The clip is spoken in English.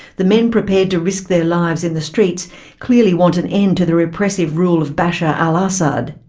the men prepared to risk their lives in the streets clearly want an end to the repressive rule of bashar al-assad.